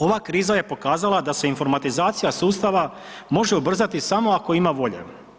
Ova kriza je pokazala da se informatizacija sustava može ubrzati samo ako ima volje.